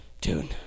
Dude